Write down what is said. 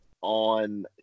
on